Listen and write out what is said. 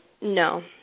No